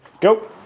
go